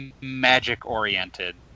magic-oriented